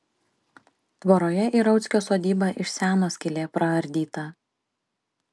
tvoroje į rauckio sodybą iš seno skylė praardyta